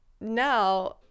now